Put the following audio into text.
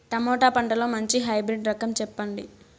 Tomato పంటలో మంచి hybrid రకం చెప్పండి?